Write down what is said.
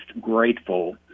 grateful